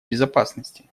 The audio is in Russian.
безопасности